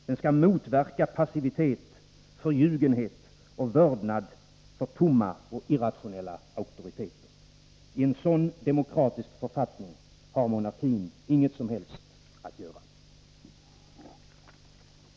Den skall motverka passivitet, förljugenhet och vördnad för tomma och irrationella auktoriteter. I en sådan demokratisk författning har monarkin inget som helst att göra.